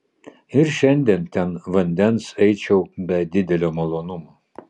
ir šiandien ten vandens eičiau be didelio malonumo